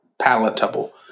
Palatable